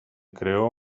creó